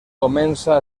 comença